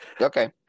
okay